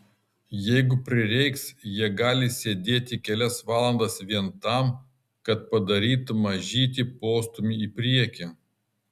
jeigu prireiks jie gali sėdėti kelias valandas vien tam kad padarytų mažytį postūmį į priekį